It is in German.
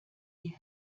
die